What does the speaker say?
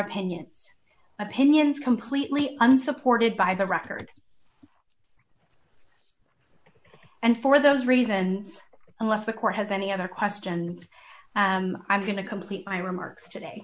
opinions opinions completely unsupported by the record and for those reasons unless the court has any other questions and i'm going to complete my remarks today